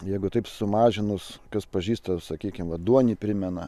jeigu taip sumažinus kas pažįsta sakykime vat duonį primena